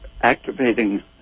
activating